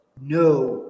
No